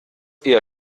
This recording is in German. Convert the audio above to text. eher